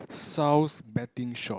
Saul's betting shop